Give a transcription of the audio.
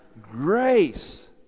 grace